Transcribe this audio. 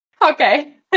Okay